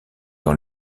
dans